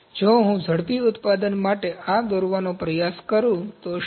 જો હું ઝડપી ઉત્પાદન માટે આ દોરવાનો પ્રયાસ કરું તો શું